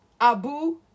Abu